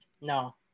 No